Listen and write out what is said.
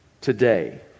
today